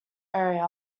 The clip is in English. area